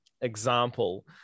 example